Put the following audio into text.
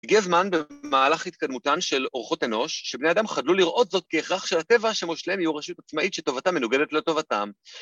‫הגיע זמן במהלך התקדמותן ‫של אורחות אנוש, ‫שבני אדם חדלו לראות זאת ‫כהכרח של הטבע ‫שמושלם יהיו רשות עצמאית ‫שטובתם מנוגדת לטובתם.